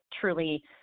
truly